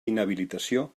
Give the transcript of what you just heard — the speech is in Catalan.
inhabilitació